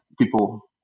people